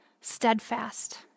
steadfast